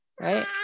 right